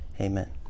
Amen